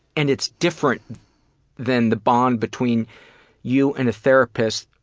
and it's different than the bond between you and a therapist,